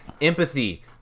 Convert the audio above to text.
Empathy